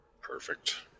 Perfect